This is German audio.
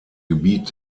gebiet